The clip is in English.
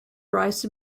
rice